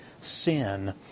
sin